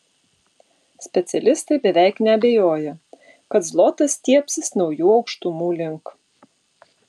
specialistai beveik neabejoja kad zlotas stiebsis naujų aukštumų link